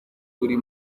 buri